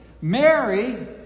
Mary